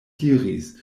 diris